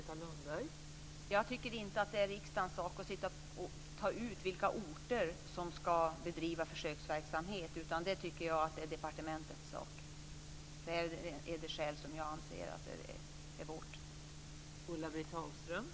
Fru talman! Jag tycker inte att det är riksdagens sak att ta ut vilka orter som ska bedriva försöksverksamhet. Det tycker jag är departementets sak. Det är vårt skäl.